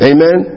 Amen